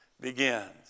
begins